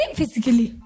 physically